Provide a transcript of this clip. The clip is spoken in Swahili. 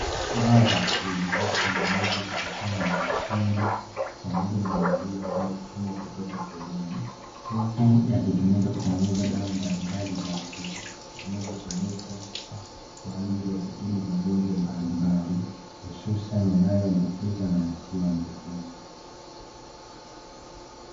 Dawa za asili, zinazotengenezwa kutokana na mitishamba pamoja na maua yanayochumwa kutoka porini. Huku yakitumika kutengenezea dawa mbalimbali za asili, zinazotumika kwa ajili ya kutibu magonjwa mbalimbali hususani yanayoambukiza na yasiyoambukiza.